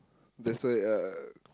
that's why uh